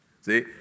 See